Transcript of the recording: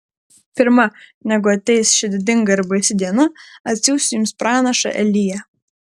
pirma negu ateis ši didinga ir baisi diena atsiųsiu jums pranašą eliją